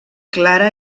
clara